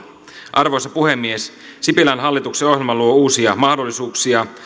arvoisa puhemies sipilän hallituksen ohjelma luo uusia mahdollisuuksia